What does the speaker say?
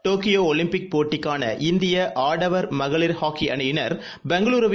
Tokyo Olympic போட்டிக்கான இந்தியஆடவர் மகளிர் ஹாக்கிஅணியினர் பெங்களூருவில்